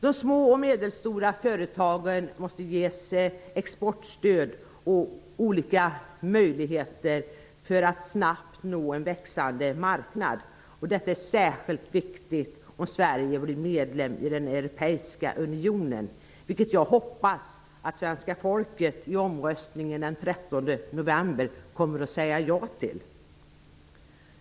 De små och medelstora företagen måste ges exportstöd och olika möjligheter för att snabbt nå en växande marknad. Detta är särskilt viktigt om Sverige blir medlem i den europeiska unionen, vilket jag hoppas att svenska folket i omröstningen den 13 november kommer att säga ja till.